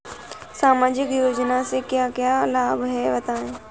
सामाजिक योजना से क्या क्या लाभ हैं बताएँ?